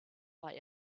war